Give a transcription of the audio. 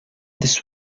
this